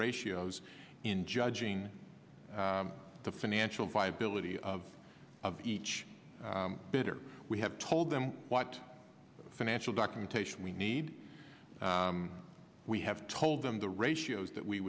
ratios in judging the financial viability of of each bidder we have told them what financial documentation we need we have told them the ratios that we